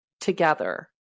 together